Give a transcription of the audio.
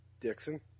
Dixon